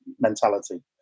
mentality